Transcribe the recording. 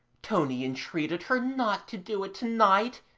tony entreated her not to do it to-night,